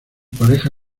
pareja